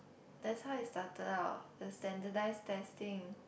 that's how it started out to standardize testing